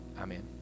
Amen